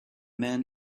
man